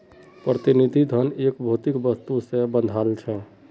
प्रतिनिधि धन एक भौतिक वस्तु से बंधाल छे